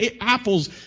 apples